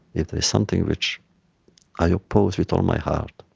it is something which i oppose with all my heart.